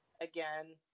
again